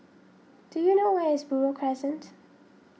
do you know where is Buroh Crescent